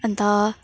अनि त